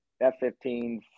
F-15